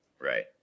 Right